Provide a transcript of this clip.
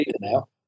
now